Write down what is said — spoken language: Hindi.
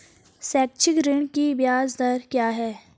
शैक्षिक ऋण की ब्याज दर क्या है?